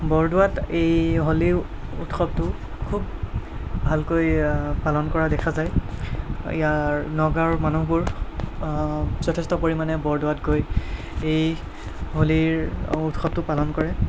বৰদোৱাত এই হোলী উৎসৱটো খুব ভালকৈ পালন কৰা দেখা যায় ইয়াৰ নগাঁওৰ মানুহবোৰ যথেষ্ট পৰিমাণে বৰদোৱাত গৈ এই হোলীৰ উৎসৱটো পালন কৰে